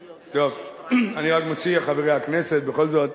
טוב, אני רק מציע חברי הכנסת, בכל זאת,